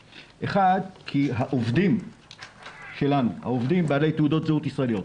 העובדים שלנו בעלי תעודות הזהות הישראליות,